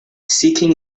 seeking